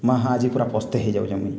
ମାହା ଆଜି ପୁରା ପସ୍ତେଇ ହେଇ ଯାଉଚେଁ ମୁଇଁ